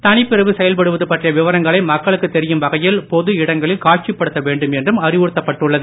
தனிப்பிரிவு செயல்படுவது பற்றிய விவரங்களை மக்களுக்குத் தெரியும் வகையில் பொது இடங்களில் காட்சிப்படுத்த வேண்டும் என்றும் அறிவுறுத்தப்பட்டு உள்ளது